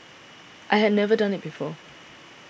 I had never done it before